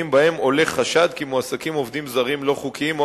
שעולה חשד כי מועסקים בהם עובדים זרים לא חוקיים או